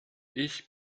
ich